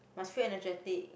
must feel energetic